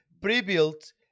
pre-built